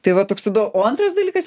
tai va toks o antras dalykas